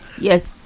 Yes